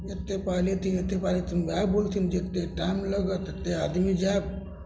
एतेक पाइ लेथिन एतेक पाइ लेथिन वएह बोलथिन जे एतेक टाइम लगत एतेक आदमी जाएब